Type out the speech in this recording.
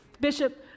Bishop